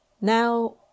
Now